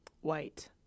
white